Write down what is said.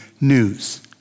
news